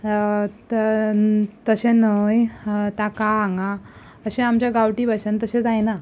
तशें न्हय ताका हांगा अशें आमच्या गांवठी भाशेंत तशें जायना